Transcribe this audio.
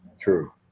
True